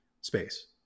space